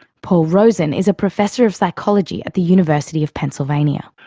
paul rozin is a professor of psychology at the university of pennsylvania.